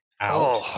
out